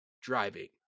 driving